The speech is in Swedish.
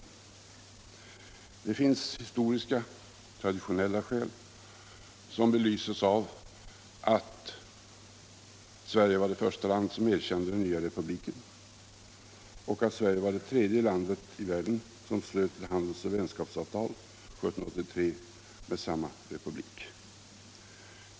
Det finns de historiska, traditionella skälen som belyses av att Sverige var det första land som erkände den nya republiken och av att Sverige år 1783 var det tredje landet i världen som slöt handels och vänskapsavtal med samma republik.